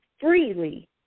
freely